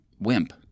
wimp